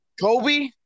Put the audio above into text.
Kobe